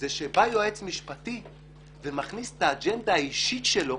זה שבא יועץ משפטי ומכניס את האג'נדה האישית שלו